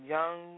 Young